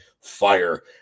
fire